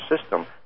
system